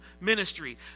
ministry